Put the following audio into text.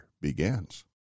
Begins